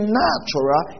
natural